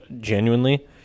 genuinely